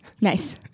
Nice